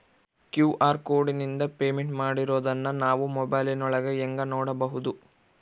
QR ಕೋಡಿಂದ payment ಮಾಡಿರೋದನ್ನ ನಾವು ಮೊಬೈಲಿನೊಳಗ ಹೆಂಗ ನೋಡಬಹುದು?